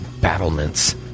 battlements